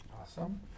Awesome